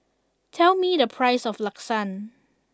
tell me the price of Lasagne